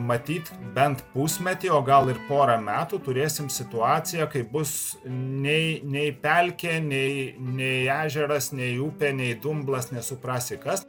matyt bent pusmetį o gal ir porą metų turėsim situaciją kaip bus nei nei pelkė nei nei ežeras nei upė nei dumblas nesuprasi kas